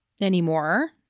anymore